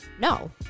no